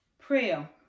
Prayer